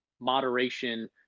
moderation